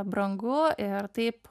brangu ir taip